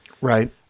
Right